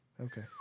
Okay